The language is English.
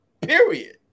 period